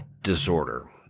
disorder